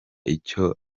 icyo